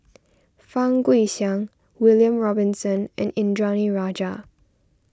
Fang Guixiang William Robinson and Indranee Rajah